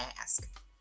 ask